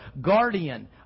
guardian